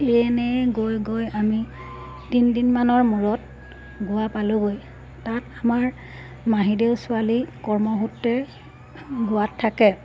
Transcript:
ট্ৰেইনেৰে গৈ গৈ আমি তিনিদিনমানৰ মূৰত গোৱা পালোঁগৈ তাত আমাৰ মাহীদেউৰ ছোৱালী কৰ্মসূত্ৰে গোৱাত থাকে